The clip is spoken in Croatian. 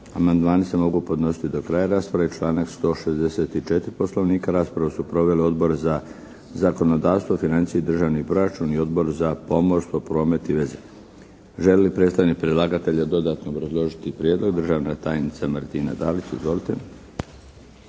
Amandmani se mogu podnositi do kraja rasprave, članak 164. Poslovnika. Raspravu su proveli Odbor za zakonodavstvo, financije i državni proračun i Odbor za pomorstvo, promet i veze. Želi li predstavnik predlagatelja dodatno obrazložiti prijedlog? Državna tajnica Martina Dalić. Izvolite.